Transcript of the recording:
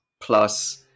plus